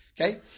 Okay